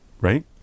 right